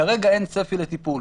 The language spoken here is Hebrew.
כרגע אין צפי לטיפול.